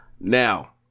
Now